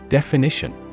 Definition